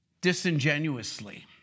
disingenuously